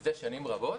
זה שנים רבות.